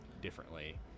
differently